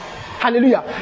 Hallelujah